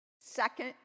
Second